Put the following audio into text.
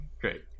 Great